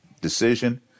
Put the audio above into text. decision